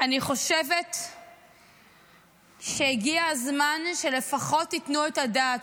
אני חושבת שהגיע הזמן שלפחות תיתנו את הדעת,